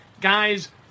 guys